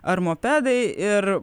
ar mopedai ir